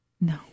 No